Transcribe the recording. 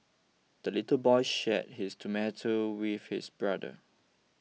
the little boy shared his tomato with his brother